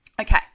Okay